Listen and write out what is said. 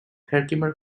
herkimer